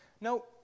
No